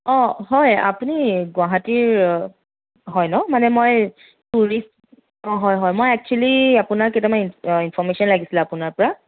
হয় আপুনি গুৱাহাটীৰ হয় ন মানে মই টুৰিষ্ট হয় হয় মই এক্সুৱেলি আপোনাৰ কেইটামান ইন ইনফৰমেচন লাগিছিল আপোনাৰ পৰা